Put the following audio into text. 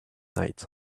night